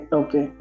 okay